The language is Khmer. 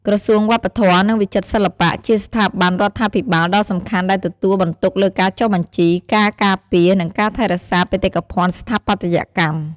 ក្រសួងវប្បធម៌ និងវិចិត្រសិល្បៈ ជាស្ថាប័នរដ្ឋាភិបាលដ៏សំខាន់ដែលទទួលបន្ទុកលើការចុះបញ្ជី ការការពារ និងការថែរក្សាបេតិកភណ្ឌស្ថាបត្យកម្ម។